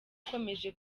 ukomeje